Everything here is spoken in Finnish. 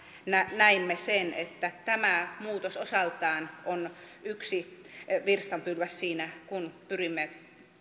näimme sen että tämä muutos osaltaan on yksi virstanpylväs siinä kun pyrimme